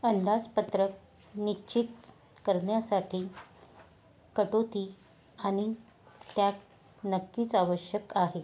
अंदाजपत्रक निश्चित करण्यासाठी कटोती आणि त्याग नक्कीच आवश्यक आहे